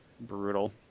brutal